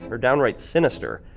or downright sinister.